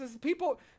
People